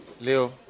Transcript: Leo